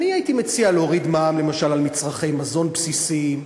אני הייתי מציע להוריד מע"מ למשל על מצרכי מזון בסיסיים,